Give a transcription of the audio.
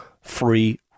free